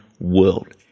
world